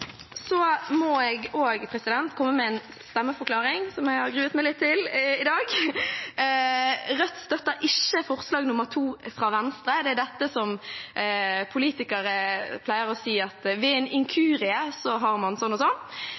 Jeg må også komme med en stemmeforklaring, som jeg har gruet meg litt til i dag. Rødt støtter ikke forslag nr. 2, fra Venstre. Her pleier politikere å si at ved en inkurie har man sånn og